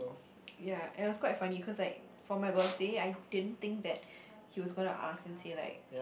ya and it was quite funny cause like for my birthday I didn't think that he was gonna ask and say like